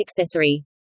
accessory